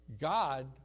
God